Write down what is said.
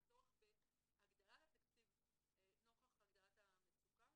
אלא צורך בהגדלת התקציב נוכח הגדלת המצוקה,